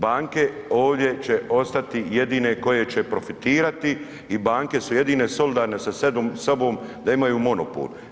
Banke ovdje će ostati jedine koje će profitirati i banke su jedine solidarne sa sobom da imaju monopol.